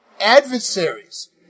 adversaries